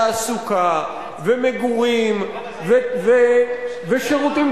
הוא צריך להיות פתרונות תחבורה ותעסוקה ומגורים ושירותים ציבוריים.